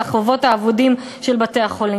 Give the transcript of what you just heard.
על החובות האבודים של בתי-החולים.